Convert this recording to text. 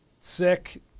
Sick